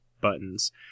buttons